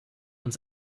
uns